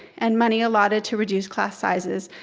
and money allotted to reduce class sizes.